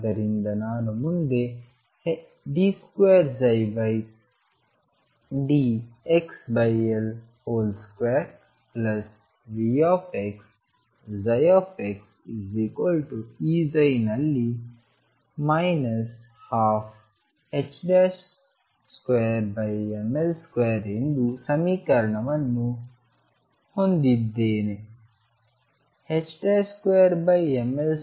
ಆದ್ದರಿಂದ ನಾನು ಮುಂದೆ d2d2VxxEψ ನಲ್ಲಿ ಮೈನಸ್ 12 2mL2 ಎಂದು ಸಮೀಕರಣವನ್ನು ಹೊಂದಿದ್ದೇನೆ